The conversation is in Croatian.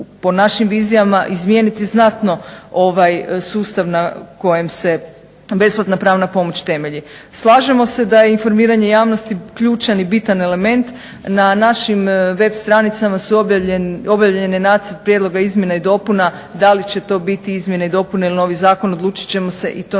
po našim vizijama izmijeniti znatno sustav na kojem se besplatna pravna pomoć temelji. Slažemo se da je informiranje javnosti ključan i bitan element. Na našim web stranicama objavljen je Nacrt prijedloga izmjena i dopuna, da li će to biti izmjene i dopune ili novi zakon odlučit ćemo se i to ne